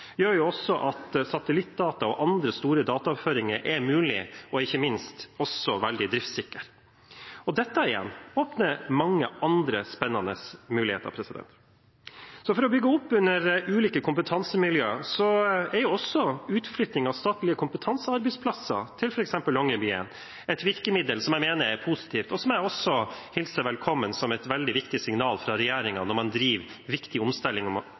at satellittdata og andre store dataoverføringer er mulig og ikke minst også veldig driftssikkert. Dette igjen åpner for mange andre spennende muligheter. For å bygge opp under ulike kompetansemiljøer er også utflytting av statlige kompetansearbeidsplasser til f.eks. Longyearbyen et virkemiddel som jeg mener er positivt, og som jeg hilser velkommen som et veldig viktig signal fra regjeringen når man driver viktig omstilling